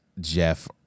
Jeff